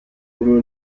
come